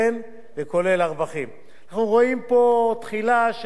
אנחנו רואים פה תחילה של חזרה לחיסכון ההוני.